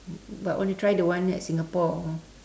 but want to try the one at Singapore